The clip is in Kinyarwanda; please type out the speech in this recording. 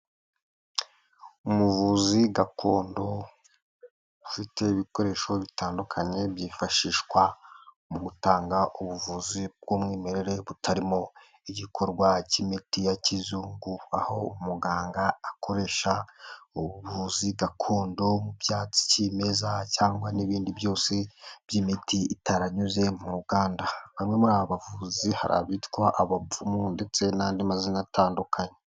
Umuvuzi gakondo ufite ibikoresho bitandukanye byifashishwa mu gutanga ubuvuzi bw'umwimerere butarimo igikorwa cy'imiti ya kizungu, aho umuganga akoresha ubuvuzi gakondo mu byatsi kimeza cyangwa n'ibindi byose by'imiti itaranyuze mu ruganda. Bamwe muri aba bavuzi, hari abitwa abapfumu ndetse n'andi mazina atandukanye.